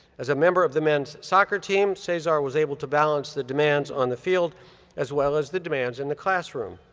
as a member of the men's soccer team, cesar was able to balance the demands on the field as well as the demands in the classroom.